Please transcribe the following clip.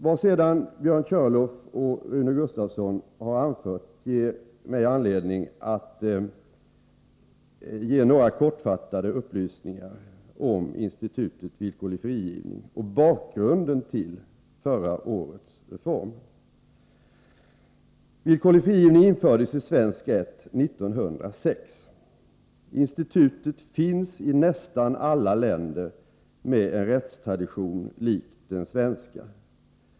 Vad Björn Körlof och Rune Gustavsson har anfört ger mig anledning att lämna några kortfattade upplysningar om institutet villkorlig frigivning och bakgrunden till förra årets reform. Villkorlig frigivning infördes i svensk rätt 1906. Institutet finns i nästan alla länder med en rättstradition lik den svenska.